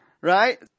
Right